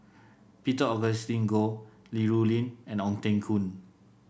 Peter Augustine Goh Li Rulin and Ong Teng Koon